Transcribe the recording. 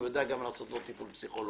והוא יודע גם לעשות לו טיפול פסיכולוגי.